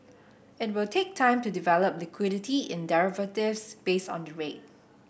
it will take time to develop liquidity in derivatives based on the rate